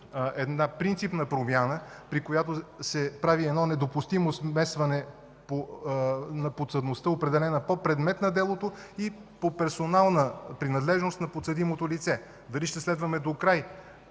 за принципна промяна, при която се прави недопустимо смесване на подсъдността, определена по предмет на делото и по персонална принадлежност на подсъдимото лице. Дали ще следваме докрай